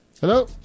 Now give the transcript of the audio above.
Hello